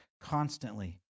constantly